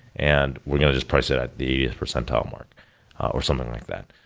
and we're going to just price that at the percentile mark or something like that,